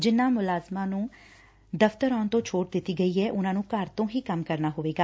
ਜਿਨੂਾਂ ਮੁਲਾਜ਼ਮਾ ਨੂੰ ਦਫ਼ਤਰ ਆਉਣ ਤੋਂ ਛੋਟ ਦਿੱਡੀ ਗਈ ਐ ਉਨੂਾ ਨੂੰ ਘਰ ਤੋਂ ਹੀ ਕੰਮ ਕਰਨਾ ਹੋਵੇਗਾ